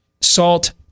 Salt